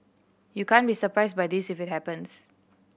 you can't be surprised by this if it happens